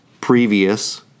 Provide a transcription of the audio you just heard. previous